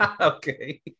Okay